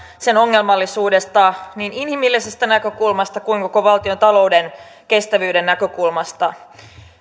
sen ongelmallisuudesta niin inhimillisestä näkökulmasta kuin myös koko valtiontalouden kestävyyden näkökulmasta